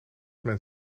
men